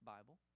Bible